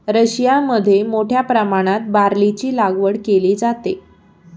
रशियामध्ये मोठ्या प्रमाणात बार्लीची लागवड केली जाते